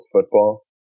football